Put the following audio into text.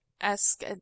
ask